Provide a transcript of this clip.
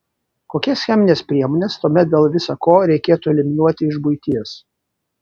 kokias chemines priemones tuomet dėl visa ko reikėtų eliminuoti iš buities